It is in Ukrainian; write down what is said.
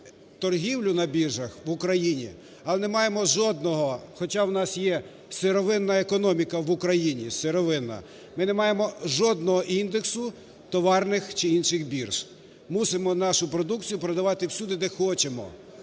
торгівлю на біржах в Україні, а не маємо жодного, хоча в нас є сировинна економіка в Україні, сировинна, ми не маємо жодного індексу товарних чи інших бірж, мусимо нашу продукцію продавати всюди, де хочемо.